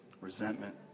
resentment